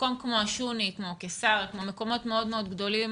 מקום כמו שוני, קיסריה, כמו מקומות מאוד גדולים.